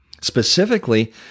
specifically